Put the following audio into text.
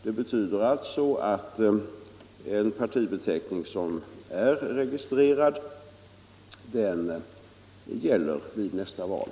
Det betyder alltså att en partibeteckning som är registrerad gäller vid nästa val.